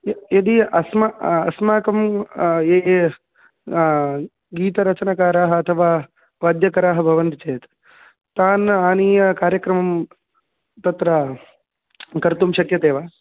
य यदि अस्म अस्माकं ये ये गीतरचनकाराः अथवा वाद्यकराः भवन्ति चेत् तान् आनीय कार्यक्रमं तत्र कर्तुं शक्यते वा